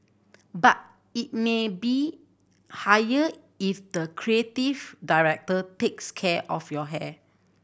but it may be higher if the creative director takes care of your hair